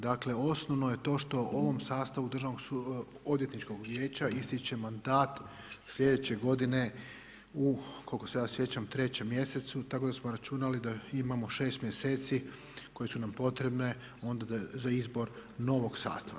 Dakle osnovno je to što ovom sastavu Državnoodvjetničkog vijeća ističe mandat sljedeće godine u koliko se ja sjećam 3. mjesecu tako da smo računali da imamo 6 mjeseci koje su nam potrebne onda za izbor novog sastava.